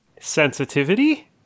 Sensitivity